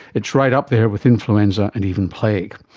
it's right up there with influenza and even plague.